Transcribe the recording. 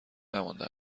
نمانده